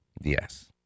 Yes